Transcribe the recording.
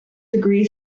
degree